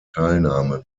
teilnahmen